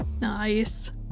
Nice